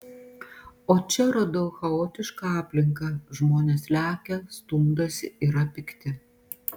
o čia radau chaotišką aplinką žmonės lekia stumdosi yra pikti